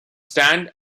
stand